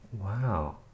Wow